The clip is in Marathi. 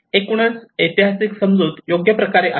एकूणच ऐतिहासिक समजूत योग्यप्रकारे आहे